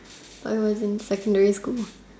when I was in secondary school